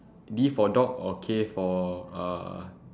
D for dog or K for uh